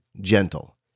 gentle